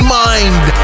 mind